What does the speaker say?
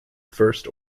first